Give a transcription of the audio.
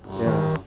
ya